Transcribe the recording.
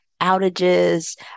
outages